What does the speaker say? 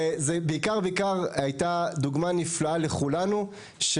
זו בעיקר הייתה דוגמה נפלאה לכולנו לכך